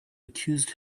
accused